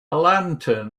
lantern